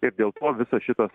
ir dėl to visas šitas